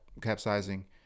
capsizing